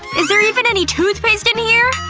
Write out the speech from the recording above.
is there even any toothpaste in here?